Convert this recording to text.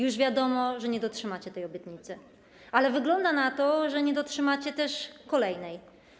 Już wiadomo, że nie dotrzymacie tej obietnicy, ale wygląda na to, że nie dotrzymacie też kolejnej.